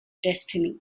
destiny